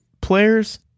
players